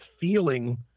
feeling